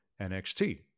NXT